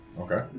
Okay